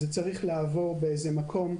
וזה צריך לעבור דרך מקום,